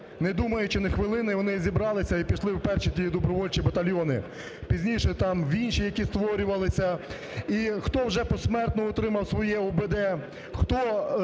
не думаючи ні хвилини, вони зібралися і пішли в перші добровольчі батальйони. Пізніше там в інші, які створювалися. І хто вже посмертно отримав своє УБД,